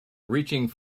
reaching